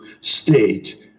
state